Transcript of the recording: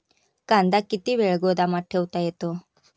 कांदा किती वेळ गोदामात ठेवता येतो?